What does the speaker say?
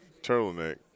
turtleneck